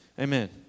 amen